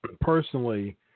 personally